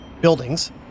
buildings